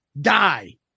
die